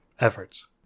efforts